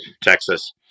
Texas